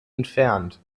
entfernt